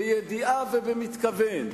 בידיעה ובמתכוון,